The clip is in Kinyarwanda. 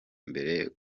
mbere